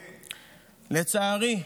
לצערי,